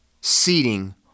seating